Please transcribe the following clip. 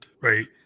Right